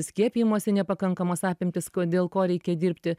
skiepijimosi nepakankamos apimtys ko dėl ko reikia dirbti